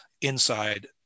inside